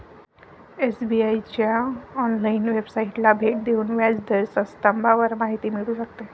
SBI च्या online वेबसाइटला भेट देऊन व्याज दर स्तंभावर माहिती मिळू शकते